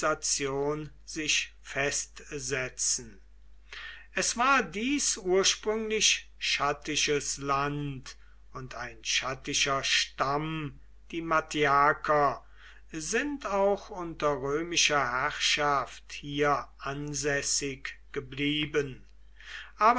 sich festsetzen es war dies ursprünglich chattisches land und ein chattischer stamm die mattiaker sind auch unter römischer herrschaft hier ansässig geblieben